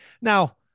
Now